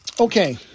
Okay